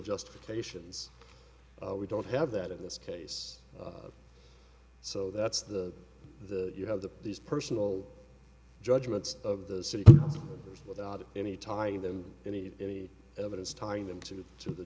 potations we don't have that in this case so that's the the you have the these personal judgments of the city without any tying them any any evidence tying them to to the